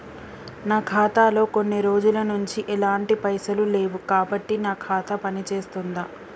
నా ఖాతా లో కొన్ని రోజుల నుంచి ఎలాంటి పైసలు లేవు కాబట్టి నా ఖాతా పని చేస్తుందా?